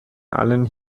allen